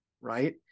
right